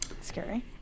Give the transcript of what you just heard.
Scary